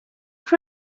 for